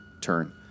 turn